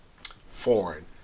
foreign